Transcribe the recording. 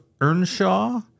Earnshaw